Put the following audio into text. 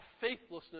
faithlessness